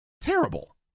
terrible